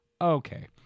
okay